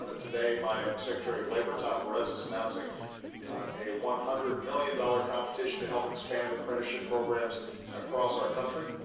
ah today, my secretary of labor, tom perez, is announcing a one hundred million dollar competition to help expand apprenticeship programs across our country.